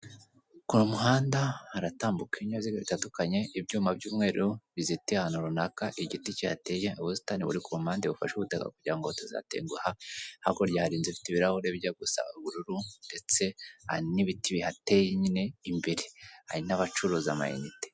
Ku muhanda haratambuka ibyabiziga bitandukanye, ibyuma by'umweru bizitiye ahantu runaka, igiti kihateye, ubusitani buri ku mpande bufasha ubutaka kugira ngo hatazatenguha, hakurya hari inzu ifite ibirahure bijya gusa ubururu, ndetse hari n'ibiti bihateye nyine imbere, hari n'abacuruza amayinite.